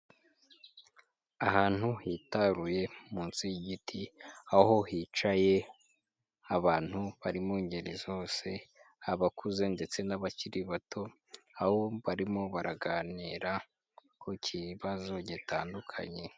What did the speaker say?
Ahantu hitaruye munsi y'igiti aho hicaye abantu bari mu ngeri zose abakuze ndetse n'abakiri bato, aho barimo baraganira ku kibazo gitandukanye.